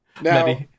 Now